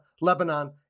Lebanon